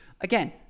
again